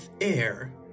air